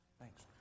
Thanks